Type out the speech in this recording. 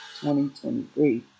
2023